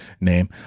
name